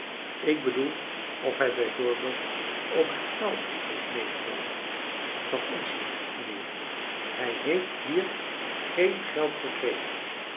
ik bedoel of hij b v ook geld heeft mcegenomen v van ons niet mijnheer hij heeft hier geen geld gekregen